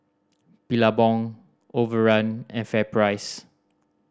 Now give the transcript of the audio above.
Billabong Overrun and FairPrice